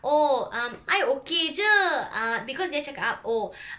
oh um I okay jer uh because dia cakap oh